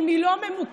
אם היא לא ממוקדת,